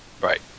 Right